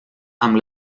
amb